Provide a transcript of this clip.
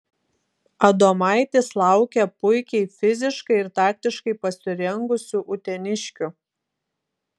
adomaitis laukia puikiai fiziškai ir taktiškai pasirengusių uteniškių